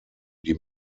die